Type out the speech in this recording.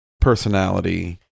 personality